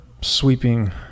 sweeping